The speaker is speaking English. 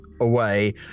away